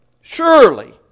surely